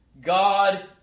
God